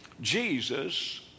Jesus